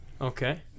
Okay